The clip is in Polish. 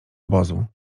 obozu